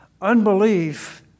unbelief